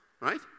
Right